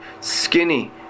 skinny